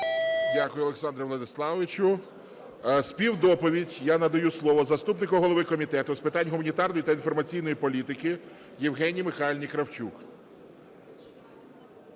Дякую, Олександре Владиславовичу. Співдоповідь. Я надаю слово заступнику голови Комітету з питань гуманітарної та інформаційної політики Євгенії Михайлівні Кравчук.